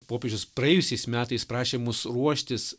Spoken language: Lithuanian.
popiežius praėjusiais metais prašė mus ruoštis